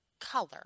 color